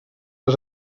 les